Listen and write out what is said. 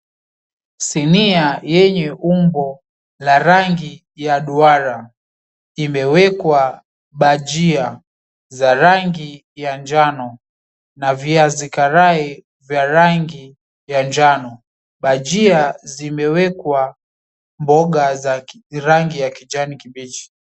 Sinia yenye umbo no na rangi ya duara. Imewekwa bajia za rangi ya njano, na viazi karai vya rangi vya njano. Bajia zimewekwa mboga za rangi ya kijani kibichi.